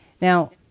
Now